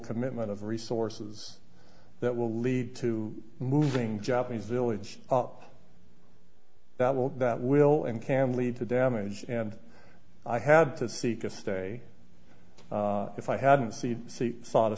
commitment of resources that will lead to moving japanese village up that will that will and can lead to damage and i had to seek a stay if i hadn't seen see saw t